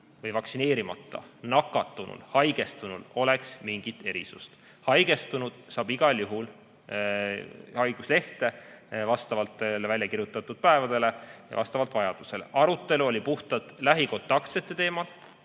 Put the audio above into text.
või vaktsineerimata nakatunul-haigestunul oleks mingit erisust. Haigestunu saab igal juhul haiguslehe vastavalt väljakirjutatud päevadele ja vastavalt vajadusele. Arutelu oli puhtalt lähikontaktsete teemal,